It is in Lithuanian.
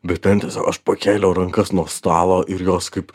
bet ten tiesiog aš pakėliau rankas nuo stalo ir jos kaip